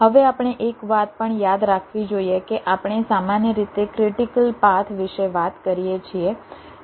હવે આપણે એક વાત પણ યાદ રાખવી જોઈએ કે આપણે સામાન્ય રીતે ક્રિટીકલ પાથ વિશે વાત કરીએ છીએ